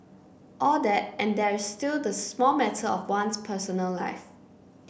all that and there's still the small matter of one's personal life